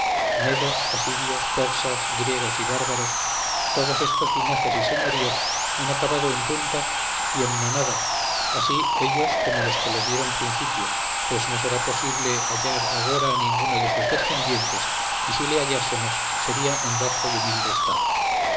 señores medos asirios persas griegos y bárbaros todos estos linajes y señoríos han acabado en punta y en nonada así ellos como los que les dieron principio pues no será posible hallar agora ninguno de sus decendientes y si le hallásemos sería en bajo y humilde estado